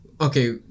okay